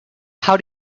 how